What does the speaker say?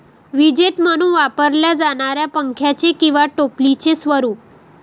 विजेते म्हणून वापरल्या जाणाऱ्या पंख्याचे किंवा टोपलीचे स्वरूप